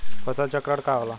फसल चक्रण का होला?